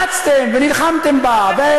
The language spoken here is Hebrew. רצתם ונלחמתם בה.